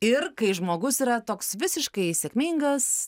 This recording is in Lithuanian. ir kai žmogus yra toks visiškai sėkmingas